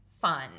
fun